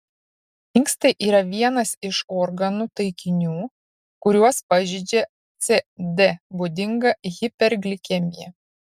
inkstai yra vienas iš organų taikinių kuriuos pažeidžia cd būdinga hiperglikemija